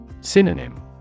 Synonym